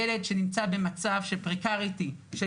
ילד שנמצא במצב של זמניות,